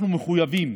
אנחנו מחויבים